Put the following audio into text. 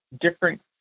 different